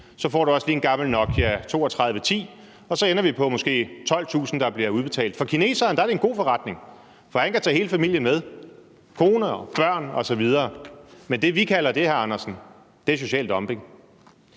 Så får du også lige en gammel Nokia 3210. Og så ender vi på måske 12.000 kr., der bliver udbetalt. For kineseren er det en god forretning, for han kan tage hele familien med, kone og børn osv. Men det, vi kalder det, hr. Hans Andersen, er social dumping.